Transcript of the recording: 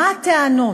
מה הטענות?